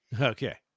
Okay